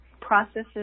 processes